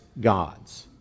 God's